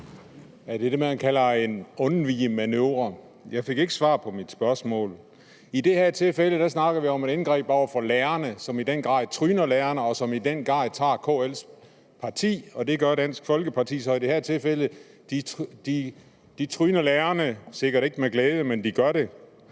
Det er det, man kalder en undvigemanøvre. Jeg fik ikke svar på mit spørgsmål. I det her tilfælde snakker vi om et indgreb over for lærerne, som i den grad tryner lærerne, og som i den grad tager KL's parti, og det gør Dansk Folkeparti så i det her tilfælde. Man tryner lærerne – sikkert ikke med glæde – men man gør det.